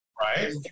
right